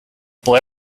boy